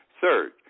Third